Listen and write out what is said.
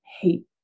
hate